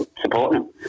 supporting